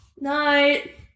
Night